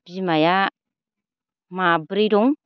बिमाया माब्रै दं